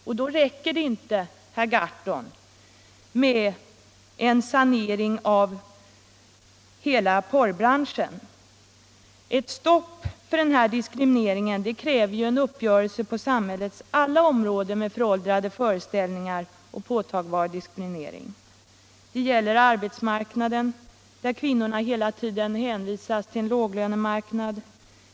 Och då räcker det inte, herr Gahrton, med en sancring av hela porrbranschen. Ett stopp för denna diskriminering kräver en uppgörelse på samhällets alla områden med föråldrade föreställningar och påtagbar diskriminering. l Det gäller arbetsmarknaden, där kvinnorna hela tiden hänvisats till en låglönemarknad.